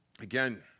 Again